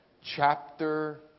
chapter